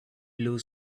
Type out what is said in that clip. blue